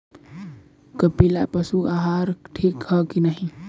कपिला पशु आहार ठीक ह कि नाही?